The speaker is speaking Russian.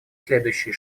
следующие